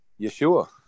Yeshua